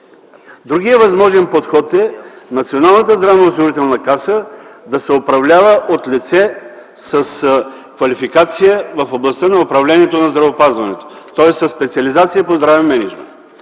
Другият възможен подход е Националната здравноосигурителна каса да се управлява от лице с квалификация в областта на управлението в здравеопазването, т.е. със специализация по здравен мениджмънт.